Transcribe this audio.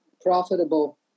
profitable